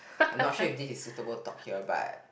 I'm not sure this is suitable talk here but